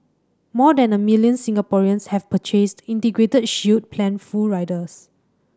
more than a million Singaporeans have purchased Integrated Shield Plan full riders